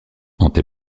hanté